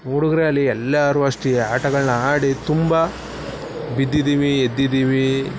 ಹುಡುಗರೇ ಆಗಲಿ ಎಲ್ಲರು ಅಷ್ಟೇ ಈ ಆಟಗಳನ್ನ ಆಡಿ ತುಂಬ ಬಿದ್ದಿದ್ದೀವಿ ಎದ್ದಿದ್ದೀವಿ